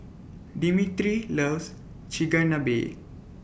Dimitri loves Chigenabe